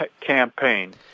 campaign